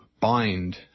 bind